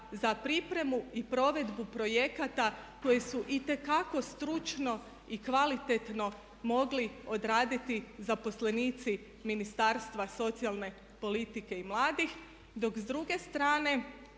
za pripremu i provedbu projekata koji su itekako stručno i kvalitetno mogli odraditi zaposlenici Ministarstva socijalne politike i mladih. Dok s druge strane